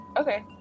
Okay